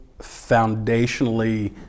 foundationally